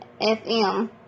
FM